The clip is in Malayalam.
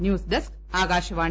news desk Akashvani